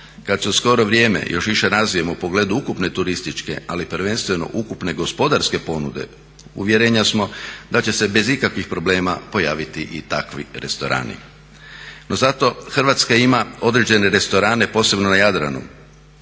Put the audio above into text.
Kad se u skoro vrijeme još više razvijemo u pogledu ukupne turističke ali prvenstveno ukupne gospodarske ponude uvjerenja smo da će se bez ikakvih problema pojaviti i takvi restorani. No, zato Hrvatska ima određene restorane posebno na Jadranu